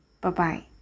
Bye-bye